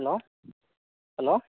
hello hello